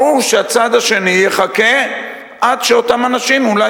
ברור שהצד השני יחכה עד שאותם אנשים אולי